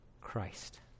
Christ